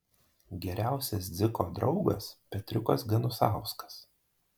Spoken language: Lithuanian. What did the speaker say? geriausias dziko draugas petriukas ganusauskas